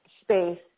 space